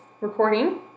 recording